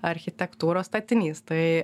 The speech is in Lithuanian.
architektūros statinys taai